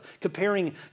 comparing